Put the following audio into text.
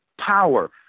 power